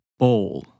bowl